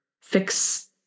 fix